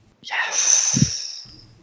Yes